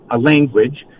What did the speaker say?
language